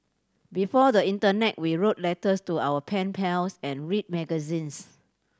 before the internet we wrote letters to our pen pals and read magazines